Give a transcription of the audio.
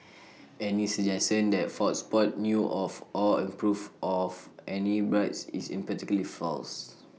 any suggestion that fox sports knew of or approved of any bribes is emphatically false